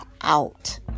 out